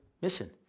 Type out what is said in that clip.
missing